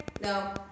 no